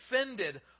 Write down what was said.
offended